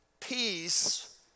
peace